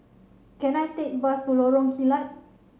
can I take bus to Lorong Kilat